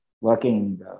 working